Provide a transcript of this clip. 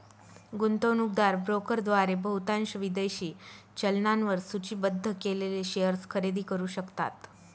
गुंतवणूकदार ब्रोकरद्वारे बहुतांश विदेशी चलनांवर सूचीबद्ध केलेले शेअर्स खरेदी करू शकतात